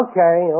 Okay